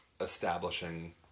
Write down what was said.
establishing